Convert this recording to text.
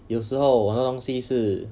有时候我的东西是